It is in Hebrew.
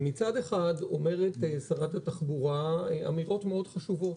מצד אחד אומרת שרת התחבורה אמירות מאוד חשובות.